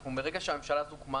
אנחנו מרגע שהממשלה הזו הוקמה